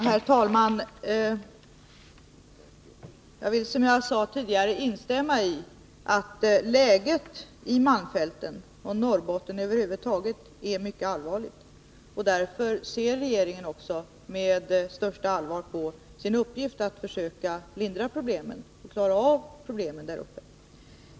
Herr talman! Som jag sade tidigare instämmer jag i att läget i malmfälten och i Norrbotten över huvud taget är mycket allvarligt. Regeringen lägger därför största vikt vid sin uppgift att försöka lindra problemen och klara av situationen där uppe.